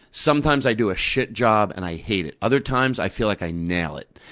sometimes i do a shit job and i hate it. other times, i feel like i nail it.